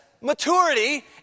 maturity